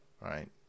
right